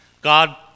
God